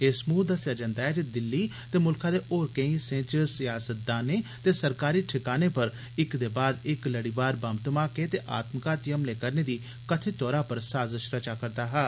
एह् समूह दस्सेआ जंदा ऐ जे दिल्ली ते मुल्खै दे होर दुए केंई हिस्सें च सयासतदानें ते सरकारी ठकानें पर इक दे बाद इक लड़ीवार बम्ब धमाके ते आत्मघाती हमले करने दी कथित तौरा पर साजिश रचा करदा हा